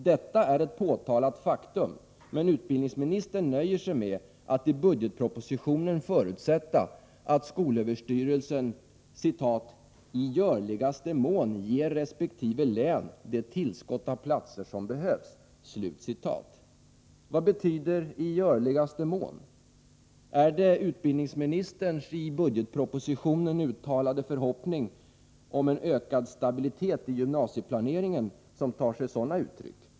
Detta är ett påtalat faktum, men utbildningsministern nöjer sig med att i budgetpropositionen förutsätta att skolöverstyrelsen ”i görligaste mån ger respektive län det tillskott av platser som behövs”. Vad betyder ”i görligaste mån”? Är det utbildningsministerns i budgetpropositionen uttalade förhoppning om ”en ökad stabilitet i gymnasieplaneringen” som tar sig sådana uttryck?